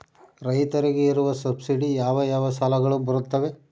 ರೈತರಿಗೆ ಇರುವ ಸಬ್ಸಿಡಿ ಯಾವ ಯಾವ ಸಾಲಗಳು ಬರುತ್ತವೆ?